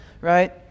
right